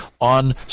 on